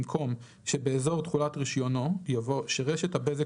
במקום "שבאזור תחולת רישיונו" יבוא "שרשת הבזק